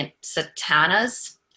satanas